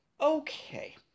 Okay